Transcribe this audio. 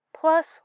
Plus